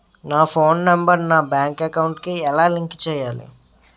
నా phone number నా bank account కి ఎలా లింక్ చేయాలి?